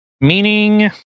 meaning